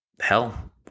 hell